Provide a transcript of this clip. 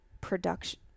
production